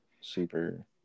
super